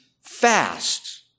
fast